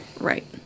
right